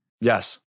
yes